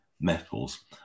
metals